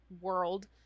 world